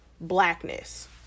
blackness